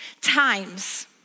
times